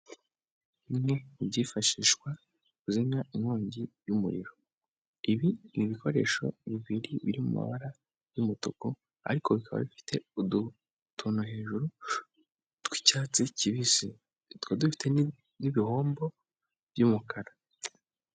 Bimwe mu byifashishwa kuzimya inkongi y'umuriro; ibi ni ibikoresho bibiri biri mabara y'umutuku ariko bikaba bifite udutuntu hejuru tw'icyatsi kibisi, tukaba dufite n'ibihombo by'umukara.